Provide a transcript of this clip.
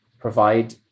provide